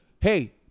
Hey